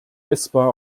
essbar